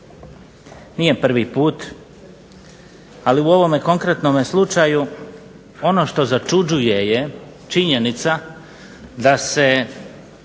Nije prvi put, ali u ovom konkretnom slučaju ono što začuđuje je činjenica da se